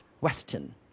Western